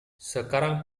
sekarang